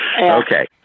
Okay